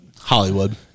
Hollywood